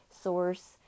source